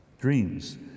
dreams